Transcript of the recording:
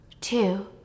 two